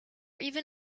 even